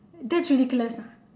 that's ridiculous ah